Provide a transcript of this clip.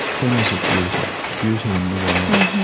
things of beauty, beauty in the world.